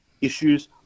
issues